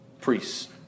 Priests